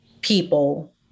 people